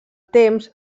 temps